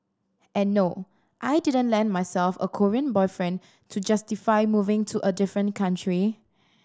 and no I didn't land myself a Korean boyfriend to justify moving to a different country